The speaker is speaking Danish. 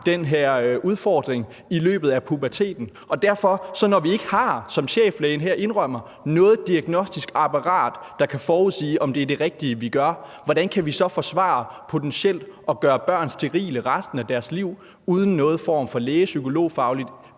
den her udfordring i løbet af puberteten. Så når vi ikke, som cheflægen her indrømmer, har noget diagnostisk apparat, der kan forudsige, om det er det rigtige, vi gør, hvordan kan vi så forsvare potentielt at gøre børn sterile resten af deres liv uden nogen form for læge- eller psykologfagligt